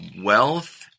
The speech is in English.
wealth